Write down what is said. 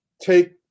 take